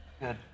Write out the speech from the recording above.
Good